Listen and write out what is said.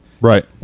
Right